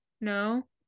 No